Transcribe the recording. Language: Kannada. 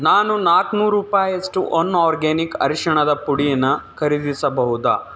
ನಾನು ನಾಲ್ಕ್ನೂರು ರೂಪಾಯಿಯಷ್ಟು ಒನ್ ಆರ್ಗ್ಯಾನಿಕ್ ಅರಿಶಿಣದ ಪುಡಿನ ಖರೀದಿಸಬಹುದಾ